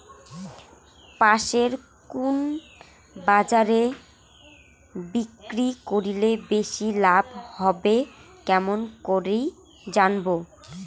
পাশের কুন বাজারে বিক্রি করিলে বেশি লাভ হবে কেমন করি জানবো?